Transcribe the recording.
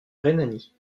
rhénanie